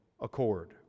accord